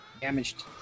damaged